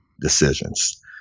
decisions